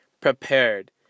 prepared